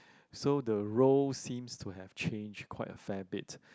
so the roles seems to have changed quite a fair bit